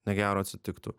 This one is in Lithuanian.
negero atsitiktų